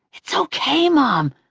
it's okay, mom,